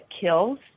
Kills